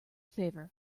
favor